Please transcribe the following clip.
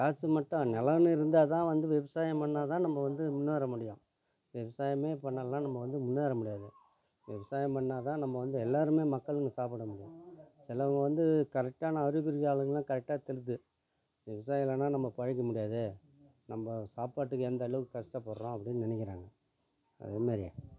காசு மட்டும் நிலன்னு இருந்தால் தான் வந்து விவசாயம் பண்ணால் தான் நம்ம வந்து முன்னேற முடியும் விவசாயமே பண்ணலைனா நம்ம வந்து முன்னேற முடியாது விவசாயம் பண்ணால் தான் நம்ம வந்து எல்லோருமே மக்களுங்க சாப்பிட முடியும் செலவுங்க வந்து கரெக்டான அறிகுறி ஆளுங்களெலாம் கரெக்டாக தெரிது விவசாயம் இல்லைனா நம்ம பிழைக்க முடியாது நம்ம சாப்பாட்டுக்கு எந்த அளவு கஷ்டப்பட்றோம் அப்படினு நினைக்கிறாங்க அதேமாரி